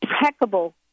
impeccable